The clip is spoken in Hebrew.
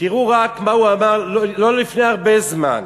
תראו רק מה הוא אמר לא לפני הרבה זמן,